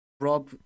Rob